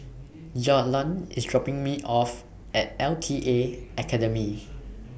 Jalon IS dropping Me off At L T A Academy